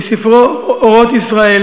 בספרו "אורות ישראל"